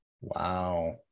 Wow